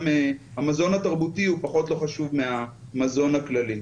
המזון התרבותי הוא לא פחות חשוב מהמזון הכללי.